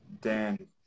Dan